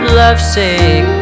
lovesick